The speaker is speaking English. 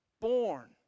born